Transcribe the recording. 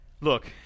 Look